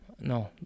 no